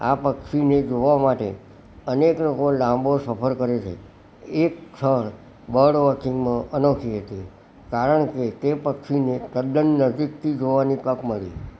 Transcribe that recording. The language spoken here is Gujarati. આ પક્ષીને જોવા માટે અનેક લોકો લાંબી સફર કરે છે એક ક્ષણ બર્ડ વોચિંગનો અનોખી હતી કારણ કે તે પક્ષીને તદન નજીકથી જોવાની તક મળી